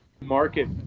market